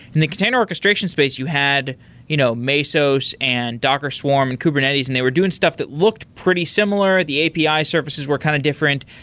and the container orchestration space, you had you know mesos and docker swarm and kubernetes and they were doing stuff that looked pretty similar. the api surfaces were kind of different.